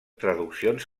traduccions